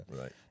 Right